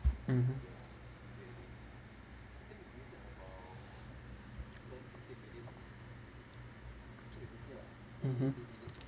mmhmm mmhmm